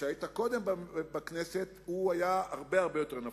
שהיית קודם בכנסת הוא היה הרבה יותר נפוץ.